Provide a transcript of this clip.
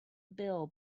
bill